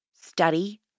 study